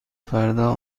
فردا